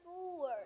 forward